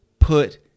put